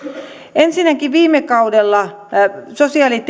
ensinnäkin viime kaudella sosiaali ja